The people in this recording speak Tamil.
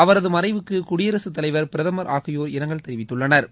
அவரது மறைவுக்கு குடியரசுத் தலைவா் பிரதமா் ஆகியோா் இரங்கல் தெரிவித்துள்ளனா்